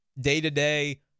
day-to-day